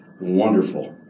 Wonderful